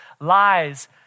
lies